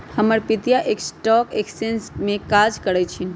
हमर पितिया stock exchange में काज करइ छिन्ह